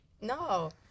no